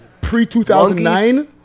pre-2009